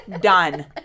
Done